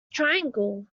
triangle